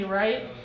right